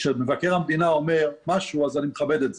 שכשמבקר המדינה אומר משהו, אז אני מכבד את זה.